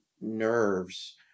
nerves